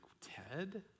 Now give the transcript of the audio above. Ted